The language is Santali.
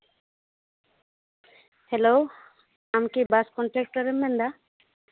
ᱦᱮᱞᱳ ᱟᱢᱠᱤ ᱵᱟᱥ ᱠᱚᱱᱴᱟᱠᱴᱟᱨᱮᱢ ᱢᱮᱱᱫᱟ